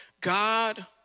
God